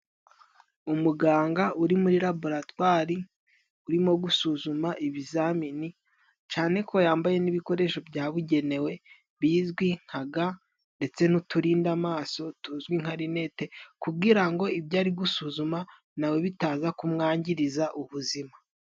Umuganga uri muri laboratwari urimo gusuzuma ibizamini, cyane ko yambaye n'ibikoresho byabugenewe bizwi nka ga, ndetse n'uturinda maso, tuzwi nka linete. Kugira ngo ibyo ari gusuzuma na we, bitaza kumwangiriza ubuzima.